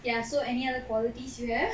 ya so any other qualities you have